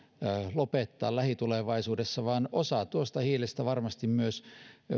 lopettaa lähitulevaisuudessa vaan osa hiilestä varmasti myös